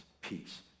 peace